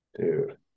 Dude